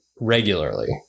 regularly